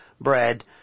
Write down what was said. bread